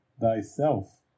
thyself